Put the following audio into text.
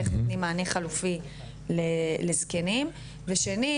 איך נותנים מענה חלופי לזקנים ושנית,